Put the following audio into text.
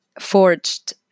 forged